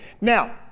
Now